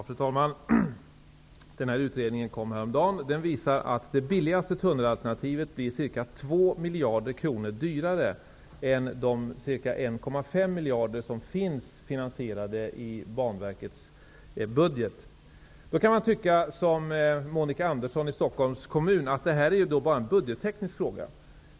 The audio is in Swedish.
Fru talman! Denna utredning kom häromdagen. Den visar att det billigaste tunnelalternativet blir ca 2 miljarder kronor dyrare än de ca 1,5 miljarder som är finansierade i Banverkets budget. Man kan då tycka, som Monica Andersson i Stockholms kommun, att detta bara är en budgetteknisk fråga.